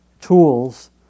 tools